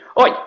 Oi